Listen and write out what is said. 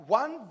one